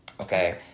okay